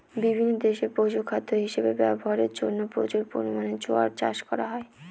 বিভিন্ন দেশে পশুখাদ্য হিসাবে ব্যবহারের জন্য প্রচুর পরিমাণে জোয়ার চাষ করা হয়